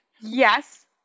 Yes